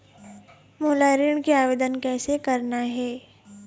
मोला ऋण के आवेदन कैसे करना हे?